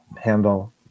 handle